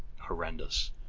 Horrendous